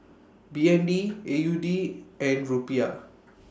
B N D A U D and Rupiah